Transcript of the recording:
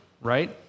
right